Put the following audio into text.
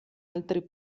altri